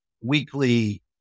weekly